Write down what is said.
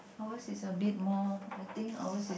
ours is a bit more I think ours is